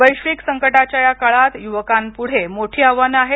वैश्विक संकटाच्या या काळात युवकांपुढे मोठी आव्हानं आहेत